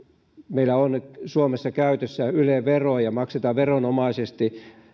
meillä on suomessa käytössä yle vero ja maksetaan veronomaisesti